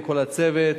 ולכל הצוות,